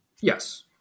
Yes